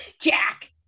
Jack